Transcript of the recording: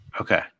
Okay